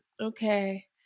Okay